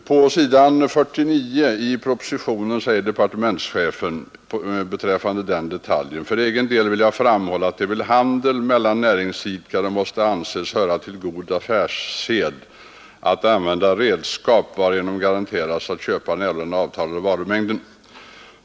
På s.49 i propositionen säger departementschefen beträffande den detaljen: ”För egen del vill jag framhålla att det vid handel mellan näringsidkare måste anses höra till god affärssed att använda redskap varigenom garanteras att köparen erhåller den avtalade varumängden.